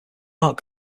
art